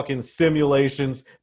simulations